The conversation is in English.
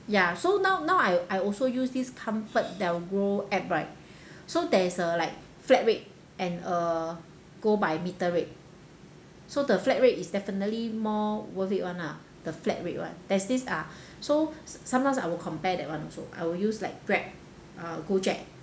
ya so now now I I also use this comfortdelgro app right so there's a like flat rate and a go by metre rate so the flat rate is definitely more worth it [one] lah the flat rate one there's this ah so sometimes I will compare that one also I will use like grab uh gojek